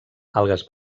algues